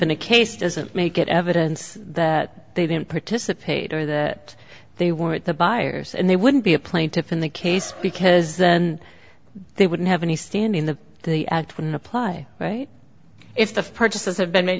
in a case doesn't make it evidence that they didn't participate or that they weren't the buyers and they wouldn't be a plaintiff in the case because then they wouldn't have any standing the the act wouldn't apply right if the purchases have been made